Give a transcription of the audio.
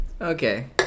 Okay